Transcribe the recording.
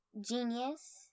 Genius